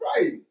Right